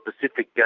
Pacific